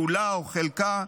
כולה או חלקה,